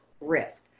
risk